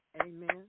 Amen